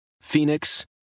Phoenix